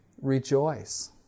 rejoice